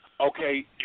Okay